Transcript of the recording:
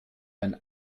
ein